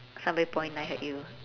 somebody point knife at you